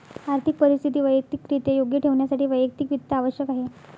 आर्थिक परिस्थिती वैयक्तिकरित्या योग्य ठेवण्यासाठी वैयक्तिक वित्त आवश्यक आहे